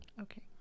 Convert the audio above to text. Okay